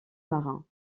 marins